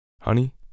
Honey